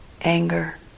anger